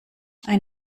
ein